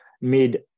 mid